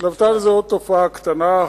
התלוותה לזה עוד תופעה קטנה,